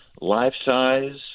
life-size